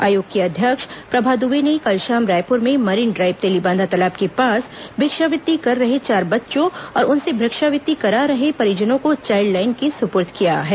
आयोग की अध्यक्ष प्रभा दुबे ने कल शाम रायपुर में मरीन ड्राइव तेलीबांधा तालाब के पास भिक्षावृत्ति कर रहे चार बच्चों और उनसे भिक्षावृत्ति करा रहे परिजनों को चाइल्ड लाइन के सुपुर्द किया है